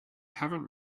haven’t